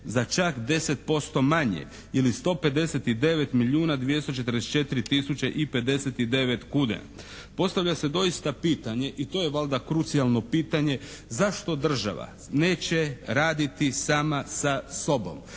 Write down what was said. za čak 10% manje ili 159 milijuna 244 tisuće i 059 kuna. Postavlja se doista pitanje i to je valjda krucialno pitanje zašto država neće raditi sama sa sobom?